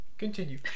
Continue